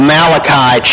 Malachi